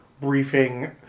briefing